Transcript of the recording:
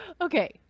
Okay